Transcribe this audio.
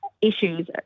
issues